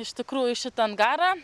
iš tikrųjų šitą angarą